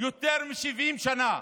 יותר מ-70 שנה.